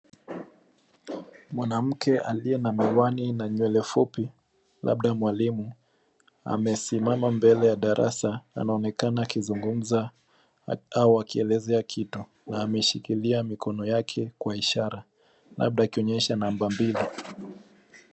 Mwanamke aliye na miwani na nywele fupi labda mwalimu amesimama mbele ya darasa. Anaonekana akizungumza au akielezea kitu na ameshikilia mikono yake kwa ishara labda akionyesha namba mbili.